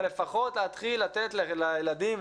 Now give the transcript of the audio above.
אבל לפחות להתחיל לתת לילדים,